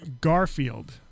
Garfield